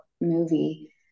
movie